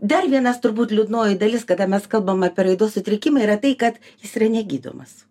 dar vienas turbūt liūdnoji dalis kada mes kalbam apie raidos sutrikimą yra tai kad jis yra negydomas